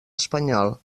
espanyol